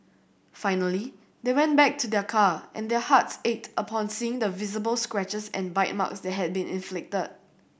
finally they went back to their car and their hearts ached upon seeing the visible scratches and bite marks that had been inflicted